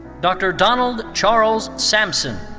dr. donald charles sampson.